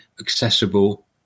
accessible